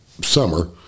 summer